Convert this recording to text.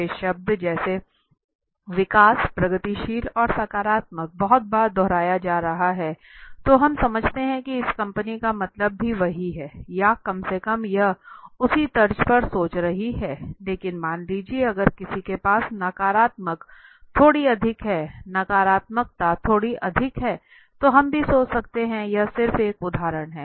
विशेष शब्द जैसे विकास प्रगतिशील और सकारात्मक बहुत बार दोहराया जा रहा है तो हम समझते हैं कि इस कंपनी का मतलब भी वही है या कम से कम यह उसी तर्ज पर सोच रही है लेकिन मान लीजिए अगर किसी के पास नकारात्मक थोड़ी अधिक है तो हम भी सोच सकते हैं कि यह सिर्फ एक उदाहरण है